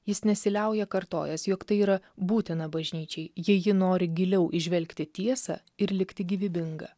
jis nesiliauja kartojęs jog tai yra būtina bažnyčiai jei ji nori giliau įžvelgti tiesą ir likti gyvybinga